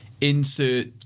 insert